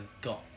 got